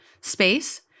space